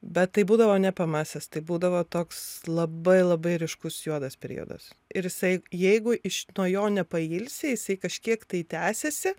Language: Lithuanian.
bet tai būdavo ne p m s as tai būdavo toks labai labai ryškus juodas periodas ir jisai jeigu iš nuo jo nepailsi jisai kažkiek tai tęsiasi